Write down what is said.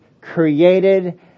created